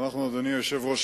אדוני היושב-ראש,